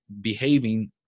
behaving